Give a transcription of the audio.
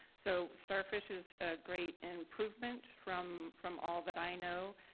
so starfish is a great and improvement from from all that i know.